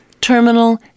Terminal